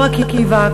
אור-עקיבא,